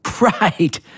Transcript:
Right